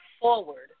forward